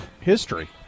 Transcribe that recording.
history